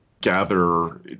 gather